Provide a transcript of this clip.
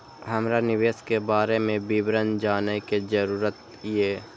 हमरा निवेश के बारे में विवरण जानय के जरुरत ये?